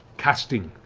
casting